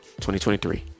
2023